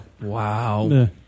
Wow